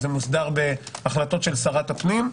זה מוסדר בהחלטות של שרת הפנים,